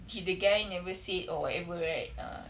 he the guy never say or whatever right ah